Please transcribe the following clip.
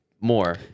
more